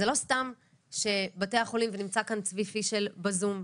זה לא סתם שבתי החולים ונמצא כאן צבי פישל בזום,